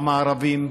במארבים,